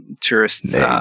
tourists